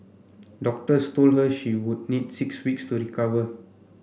doctors told her she would need six weeks to recover